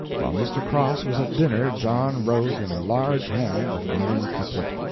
while mr. cross was at dinner john wrote in a large hand the fine couplet.